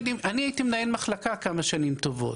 מנהל מחלקה כמה שנים טובות.